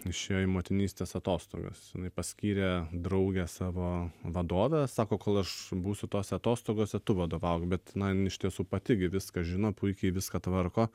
išėjo į motinystės atostogas jinai paskyrė draugę savo vadove sako kol aš būsiu tose atostogose tu vadovauk bet na jin iš tiesų pati gi viską žino puikiai viską tvarko